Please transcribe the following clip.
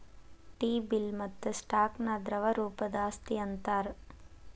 T bill ಮತ್ತ stock ನ ದ್ರವ ರೂಪದ್ ಆಸ್ತಿ ಅಂತಾರ್